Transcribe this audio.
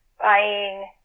buying